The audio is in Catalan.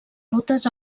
totes